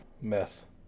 Meth